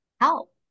help